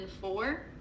four